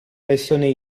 versione